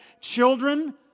Children